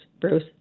Bruce